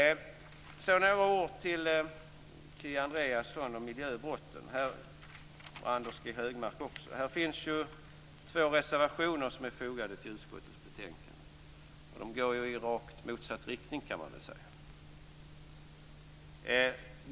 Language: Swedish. Så några ord till Kia Andreasson och Anders G Högmark om miljöbrotten. Här finns två reservationer fogade till utskottets betänkande. De går i rakt motsatt riktning.